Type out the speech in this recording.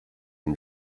and